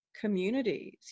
communities